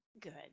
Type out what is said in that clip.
Good